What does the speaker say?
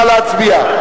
נא להצביע.